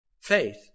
faith